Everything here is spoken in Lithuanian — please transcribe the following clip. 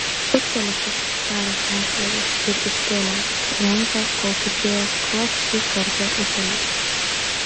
luktelėkit tarė kancleris ir iškėlė ranką kol kirpėjas kruopščiai karpė ūselius